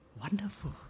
Wonderful